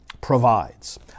provides